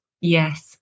Yes